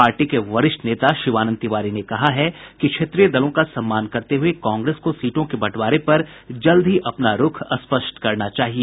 party के वरिष्ठ नेता शिवानंद तिवारी ने कहा है कि क्षेत्रीय दलों का सम्मान करते हुए कांग्रेस को सीटों के बंटवारे पर जल्द ही अपना रूख स्पष्ट करना चाहिए